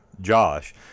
Josh